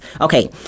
Okay